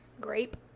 Grape